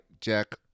Jack